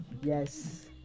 Yes